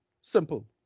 Simple